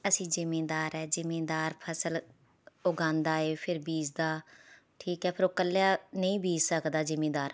ਅਸੀਂ ਜ਼ਿਮੀਂਦਾਰ ਹੈ ਜ਼ਿਮੀਂਦਾਰ ਫਸਲ ਉਗਾਉਂਦਾ ਹੈ ਫਿਰ ਬੀਜਦਾ ਠੀਕ ਹੈ ਫਿਰ ਉਹ ਇਕੱਲਾ ਨਹੀਂ ਬੀਜ ਸਕਦਾ ਜ਼ਿਮੀਂਦਾਰ